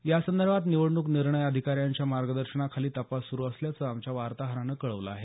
यासंदर्भात निवडणूक निर्णय अधिकाऱ्यांच्या मागंदर्शनाखाली तपास सुरू असल्याचं आमच्या वार्ताहरानं कळवलं आहे